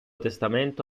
testamento